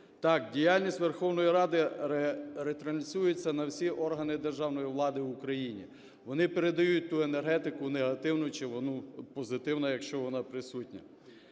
Так, діяльність Верховної Ради ретранслюється на всі органи державної влади в Україні. Вони передають ту енергетику, негативну чи позитивну, якщо вона присутня.